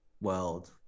world